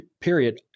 period